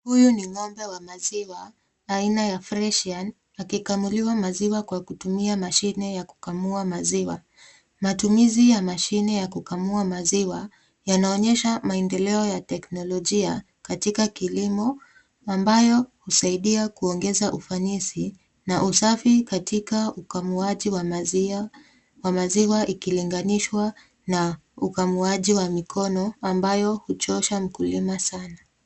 Huyu ni ng'ombe wa maziwa aina ya Friesian akikamuliwa maziwa kwa kutumia mashine ya kukamua maziwa. Matumizi ya mashine ya kukamua maziwa yanaonyesha maendeleo ya teknolojia katika kilimo, ambayo husaidia kuongeza ufanisi na usafi katika ukamuaji wa maziwa ikilinganishwa na ukamuaji wa mikono ambayo huchosha mkulima sana.